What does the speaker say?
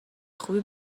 خوبی